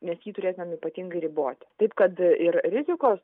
mes jį turėtumėm ypatingai riboti taip kad ir rizikos